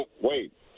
wait